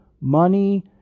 money